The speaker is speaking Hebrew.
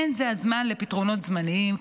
אין זה הזמן לפתרונות זמניים,